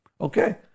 Okay